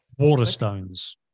Waterstones